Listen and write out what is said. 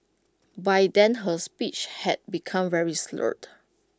by then her speech had become very slurred